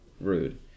Rude